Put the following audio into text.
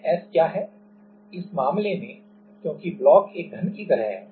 तो यह S क्या है इस मामले में क्योंकि ब्लॉक एक घन की तरह है